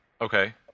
Okay